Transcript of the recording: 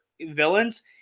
villains